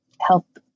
help